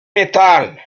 metal